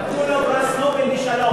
נתנו לו פרס נובל לשלום.